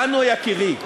מנו יקירי,